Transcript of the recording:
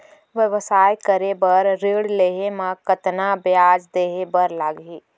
व्यवसाय करे बर ऋण लेहे म कतना ब्याज देहे बर लागही?